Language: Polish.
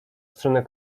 stronę